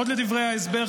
עוד מדברי ההסבר,